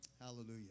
hallelujah